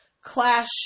Clash